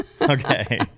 Okay